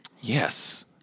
Yes